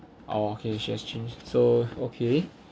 oh okay she has changed so okay